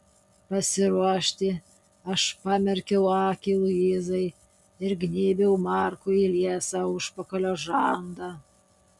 pasiruošti aš pamerkiau akį luizai ir gnybiau markui į liesą užpakalio žandą